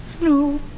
no